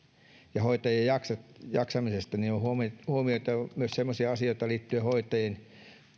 ja hoitajien jaksamisesta on huomioitava myös asioita liittyen hoitajien